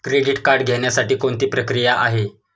Credit card घेण्यासाठी कोणती प्रक्रिया आहे?